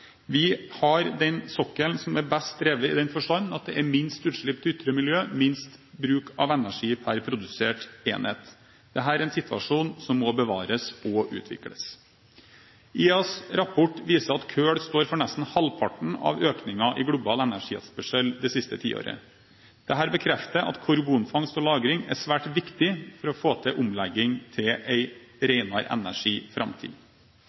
Vi har den sokkelen som er best drevet, i den forstand at det er minst utslipp til ytre miljø, minst bruk av energi per produsert enhet. Dette er en situasjon som må bevares og utvikles. IEAs rapport viser at kull står for nesten halvparten av økningen i global energietterspørsel det siste tiåret. Dette bekrefter at karbonfangst og -lagring er svært viktig for å få til omlegging til